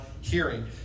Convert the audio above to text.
hearing